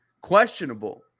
Questionable